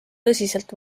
tõsiselt